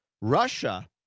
Russia